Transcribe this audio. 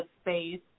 space